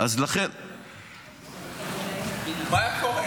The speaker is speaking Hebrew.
מה היה קורה?